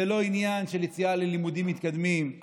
זה לא עניין של יציאה ללימודים מתקדמים,